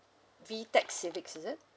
VTEC civics is it